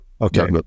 Okay